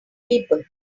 people